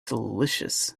delicious